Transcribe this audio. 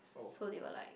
so they were like